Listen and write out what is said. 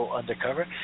Undercover